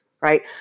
right